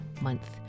month